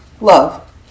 love